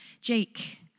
Jake